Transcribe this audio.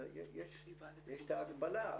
אז יש את ההגבלה.